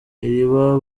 iriba